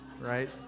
right